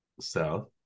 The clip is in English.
South